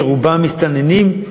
ורובם מסתננים,